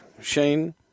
Shane